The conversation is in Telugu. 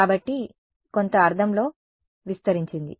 కాబట్టి కొంత అర్థంలో సరే విస్తరించింది